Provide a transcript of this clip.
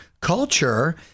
Culture